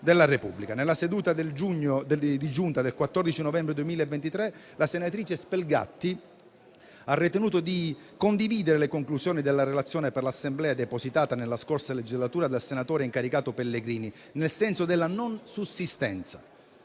Nella seduta di Giunta del 14 novembre 2023 la senatrice Spelgatti ha ritenuto di condividere le conclusioni della relazione per l'Assemblea, depositate nella scorsa legislatura dal senatore incaricato Pellegrini, nel senso della non sussistenza,